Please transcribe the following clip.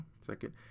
second